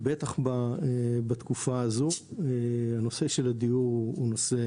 בטח בתקופה הזו, הנושא של הדיור הוא נושא